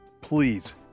please